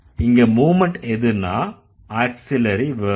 இங்க மூவ்மெண்ட் எதுன்னா auxiliary verb